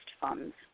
funds